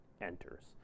enters